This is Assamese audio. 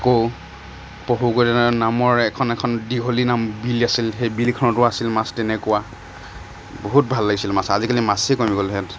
আকৌ নামৰ এখন এখন দীঘলী নাম বিল আছিল সেই বিলখনতো আছিল মাছ তেনেকুৱা বহুত ভাল লাগিছিল মাছ আজিকালি মাছেই কমি গ'ল ইয়াত